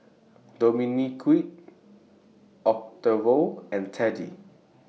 Dominique Octavio and Teddy